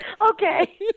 Okay